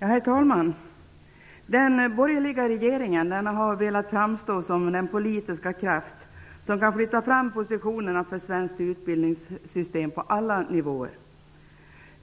Herr talman! Den borgerliga regeringen har velat framstå som den politiska kraft som kan flytta fram positionerna för ett svenskt utbildningssystem på alla nivåer.